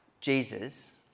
Jesus